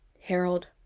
Harold